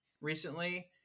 recently